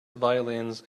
violins